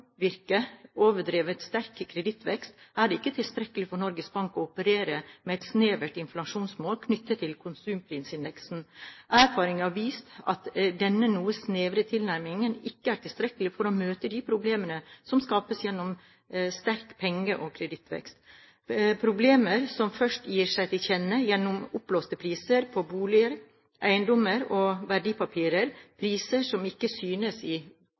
overdrevet sterk kredittvekst er det ikke tilstrekkelig for Norges Bank å operere med et snevert inflasjonsmål knyttet til konsumprisindeksen. Erfaringen har vist at denne noe snevre tilnærmingen ikke er tilstrekkelig for å møte de problemene som skapes gjennom sterk penge- og kredittvekst, problemer som først gir seg til kjenne gjennom oppblåste priser på boliger, eiendommer og verdipapirer – priser som ikke synes i